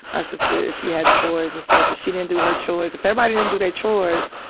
my sister, she had chores and stuff, if she didn't do her chores, if everybody didn't do their chores,